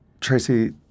Tracy